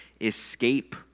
escape